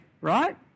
right